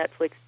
Netflix